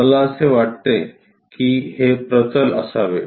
मला असे वाटते की हे प्रतल असावे